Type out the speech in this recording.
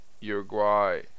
Uruguay